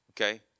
Okay